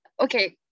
okay